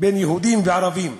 בין יהודים לערבים.